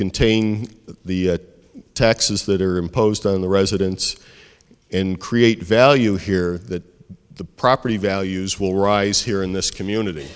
contain the taxes that are imposed on the residents and create value here that the property values will rise here in this community